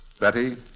Betty